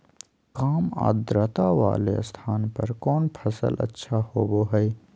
काम आद्रता वाले स्थान पर कौन फसल अच्छा होबो हाई?